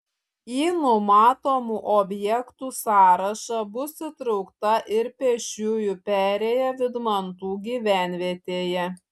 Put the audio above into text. į numatomų objektų sąrašą bus įtraukta ir pėsčiųjų perėja vydmantų gyvenvietėje